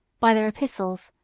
by their epistles,